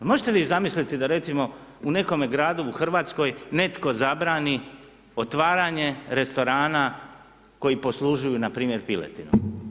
A možete vi zamisliti da recimo u nekome gradu u Hrvatskoj netko zabrani otvaranje restorana koji poslužuju npr. piletinu?